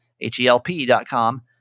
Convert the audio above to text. H-E-L-P.com